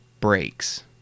breaks